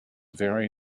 vary